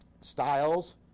styles